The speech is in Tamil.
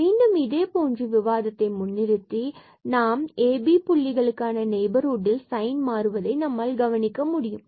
மீண்டும் இதே போன்று விவாதத்தை முன் நிறுத்தி நாம் இந்த abபுள்ளிக்கான நெய்பர்ஹுட்டில் சைன் மாறுவதை நம்மால் கவனிக்க முடியும்